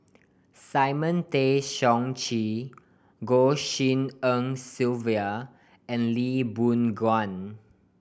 Simon Tay Seong Chee Goh Shin En Sylvia and Lee Boon Ngan